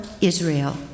Israel